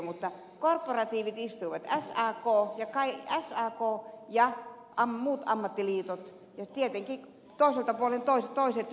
mutta korporatiivit istuivat sak ja muut ammattiliitot ja tietenkin toiselta puolelta toiset liitot